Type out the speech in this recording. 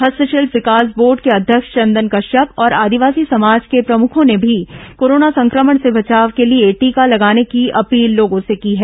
हस्तशिल्प विकास बोर्ड के अध्यक्ष चंदन कश्यप और आदिवासी समाज के प्रमुखों ने भी कोरोना संक्रमण से बचाव के लिए टीका लगाने की अपील लोगों से की है